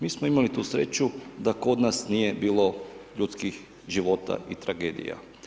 Mi smo imali tu sreću da kod nas nije bilo ljudskih života i tragedija.